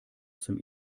zum